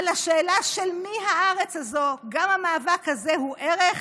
על השאלה של מי הארץ הזו, גם המאבק הזה הוא ערך